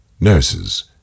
nurses